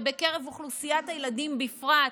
ובקרב אוכלוסיית הילדים בפרט.